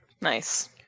Nice